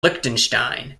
liechtenstein